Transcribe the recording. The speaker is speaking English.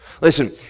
Listen